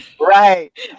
right